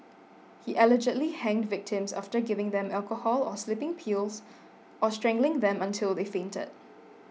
he allegedly hanged victims after giving them alcohol or sleeping pills or strangling them until they fainted